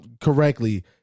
correctly